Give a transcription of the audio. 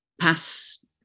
pass